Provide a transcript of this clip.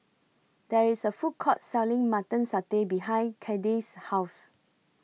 There IS A Food Court Selling Mutton Satay behind Kade's House